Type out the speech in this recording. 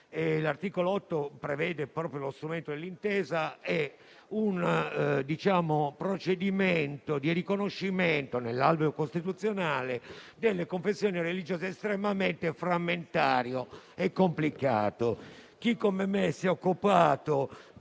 L'articolo 8 prevede proprio lo strumento dell'intesa e un procedimento di riconoscimento nell'alveo costituzionale delle confessioni religiose estremamente frammentario e complicato.